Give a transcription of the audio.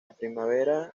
primavera